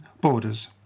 borders